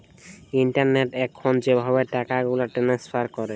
ইলটারলেটে এখল যেভাবে টাকাগুলা টেলেস্ফার ক্যরে